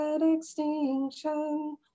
extinction